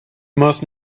must